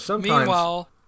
Meanwhile